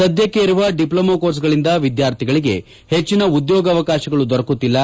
ಸದ್ಯಕ್ಕೆ ಇರುವ ಡಿಮ್ಲೊಮೊ ಕೋರ್ಸ್ಗಳಿಂದ ವಿದ್ಯಾರ್ಥಿಗಳಿಗೆ ಹೆಚ್ಚಿನ ಉದ್ಯೋಗವಾಕಾಶಗಳು ದೊರಕುತ್ತಿಲ್ಲ